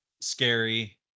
scary